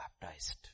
baptized